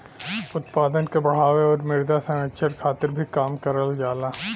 उत्पादन के बढ़ावे आउर मृदा संरक्षण खातिर भी काम करल जाला